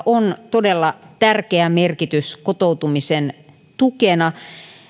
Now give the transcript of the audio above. on todella tärkeä merkitys kotoutumisen tukena